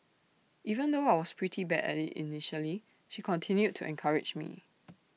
even though I was pretty bad at IT initially she continued to encourage me